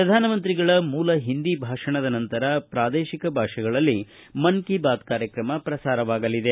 ಪ್ರಧಾನಮಂತ್ರಿಗಳ ಮೂಲ ಹಿಂದಿ ಭಾಷಣದ ನಂತರ ಪ್ರಾದೇಶಿಕ ಭಾಷೆಗಳಲ್ಲಿ ಮನ್ ಕಿ ಬಾತ್ ಕಾರ್ಯಕ್ರಮ ಪ್ರಸಾರವಾಗಲಿದೆ